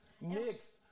Next